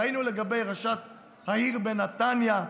ראינו לגבי ראשת העיר בנתניה,